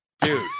Dude